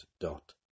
dot